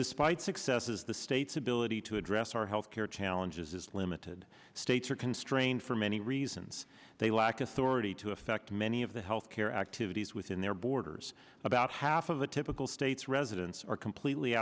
despite successes the state's ability to address our healthcare challenges is limited states are constrained for many reasons they lack authority to effect many of the health care activities within their borders about half of the typical state's residents are completely